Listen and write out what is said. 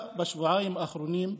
האחרונים